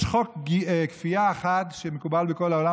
יש חוק כפייה אחד שמקובל בכל העולם,